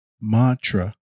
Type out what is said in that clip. mantra